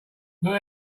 not